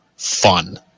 Fun